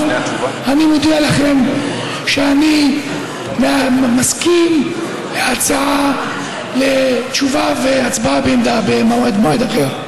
אני מודיע לכם שאני מסכים להצעה לתשובה והצבעה במועד אחר.